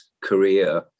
career